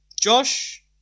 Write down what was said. Josh